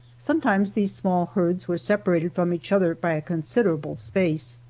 sometimes these small herds were separated from each other by a considerable space.